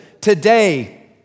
Today